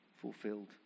fulfilled